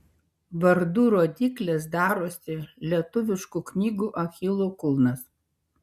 vardų rodyklės darosi lietuviškų knygų achilo kulnas